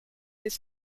this